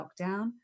lockdown